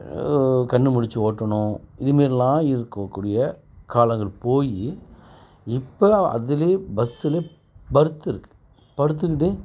கண் முழுச்சி ஓட்டணும் இது மாதிரிலாம் இருக்கக்கூடிய காலங்கள் போய் இப்போ அதுலேயே பஸ்ஸில் பர்த் இருக்குது படுத்துக்கிட்டே